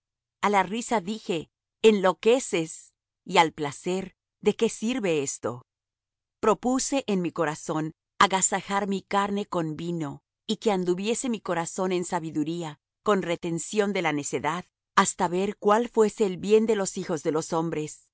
a la risa dije enloqueces y al placer de qué sirve esto propuse en mi corazón agasajar mi carne con vino y que anduviese mi corazón en sabiduría con retención de la necedad hasta ver cuál fuese el bien de los hijos de los hombres